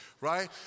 Right